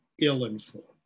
ill-informed